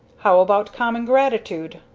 how about common gratitude!